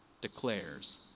declares